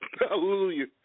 Hallelujah